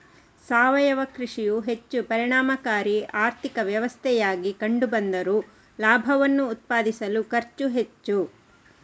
ಸಾವಯವ ಕೃಷಿಯು ಹೆಚ್ಚು ಪರಿಣಾಮಕಾರಿ ಆರ್ಥಿಕ ವ್ಯವಸ್ಥೆಯಾಗಿ ಕಂಡು ಬಂದರೂ ಲಾಭವನ್ನು ಉತ್ಪಾದಿಸಲು ಖರ್ಚು ಹೆಚ್ಚು